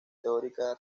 teórica